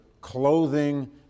clothing